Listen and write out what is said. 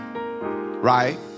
Right